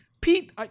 Pete